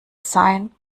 sein